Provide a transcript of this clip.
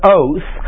oath